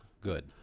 good